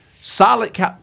solid